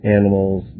animals